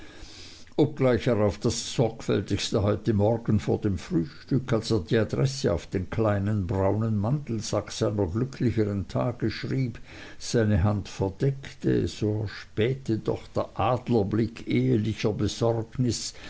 obgleich er auf das sorgfältigste heute morgens vor dem frühstück als er die adresse auf den kleinen braunen mantelsack seiner glücklicheren tage schrieb seine hand verdeckte so erspähte doch der adlerblick ehelicher besorgnis